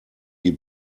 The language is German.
die